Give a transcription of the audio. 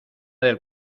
del